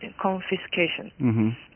confiscation